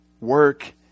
work